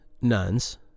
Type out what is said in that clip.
nuns